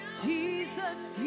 Jesus